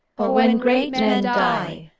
for when great men die,